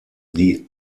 die